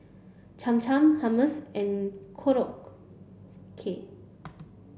Cham Cham Hummus and Korokke